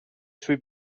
sui